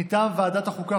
מטעם ועדת החוקה,